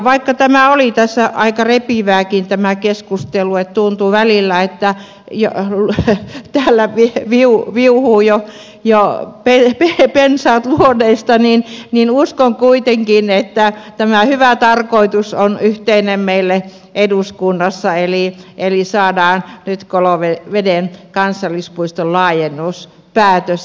vaikka tämä keskustelu oli tässä aika repivääkin niin että tuntui välillä että täällä viuhuvat jo pensaat luodeista niin uskon kuitenkin että tämä hyvä tarkoitus on yhteinen meille eduskunnassa eli saadaan nyt koloveden kansallispuiston laajennuspäätös